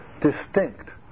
distinct